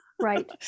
Right